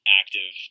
active